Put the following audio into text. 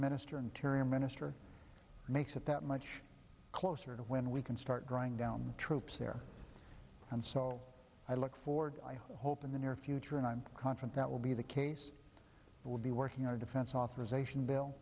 minister interior minister makes it that much closer to when we can start drawing down troops there and so i look forward i hope in the near future and i'm confident that will be the case we'll be working on a defense authorization bill